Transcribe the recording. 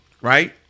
right